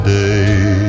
day